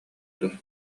дуо